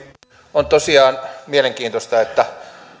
on tosiaan mielenkiintoista että vaikka